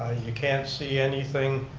you can't see anything